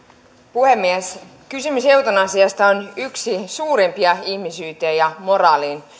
puhemies kysymys eutanasiasta on yksi suurimpia ihmisyyteen ja moraaliin